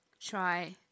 try